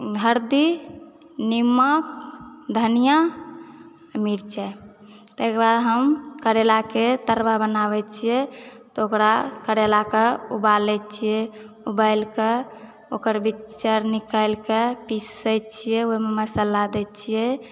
हरदि नीमक धनिआ मिरचाइ तहिकऽ बाद हम करैलाके तरुआ बनाबैत छियै तऽ ओकरा करैलाकऽ उबालि छियै उबालिकऽ ओकर बीच आर निकालिकऽ पिसैत छियै ओहिमे मसल्ला दैत छियै